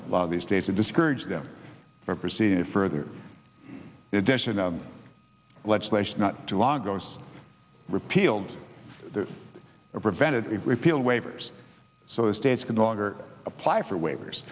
a lot of these days to discourage them from proceeding further addition of legislation not too long ago was repealed or prevented repeal waivers so that states can no longer apply for waivers